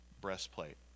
breastplate